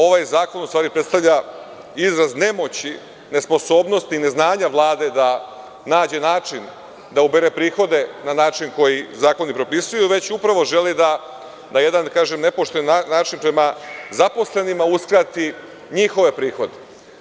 Ovaj zakon u stvari predstavlja izraz nemoći, nesposobnosti i neznanja Vlade da nađe način da ubere prihode na način koji zakoni propisuju, već upravo želi da na jedan, da tako kažem, nepošten način prema zaposlenima uskrati njihove prihode.